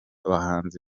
abahanzi